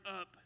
up